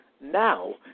now